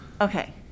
Okay